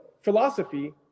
philosophy